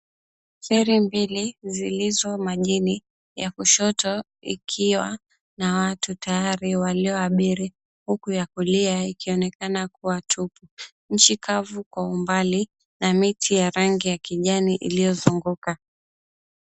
Feri mbili zilizo majini ya kushoto ikiwa na watu tayari walioabiri huku ya kulia ikionekana kuwa tupu. Nchi kavu kwa umbali na miti ya rangi ya kijani iliyozunguka.